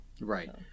Right